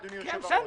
אדוני היושב בראש.